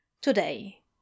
Today